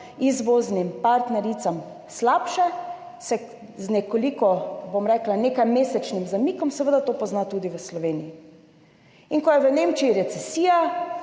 izvoznim partnericam slabše, se z nekajmesečnim zamikom seveda to pozna tudi v Sloveniji. Ko je v Nemčiji recesija,